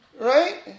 right